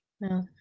No